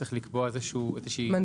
צריך לקבוע איזושהי פרוצדורה.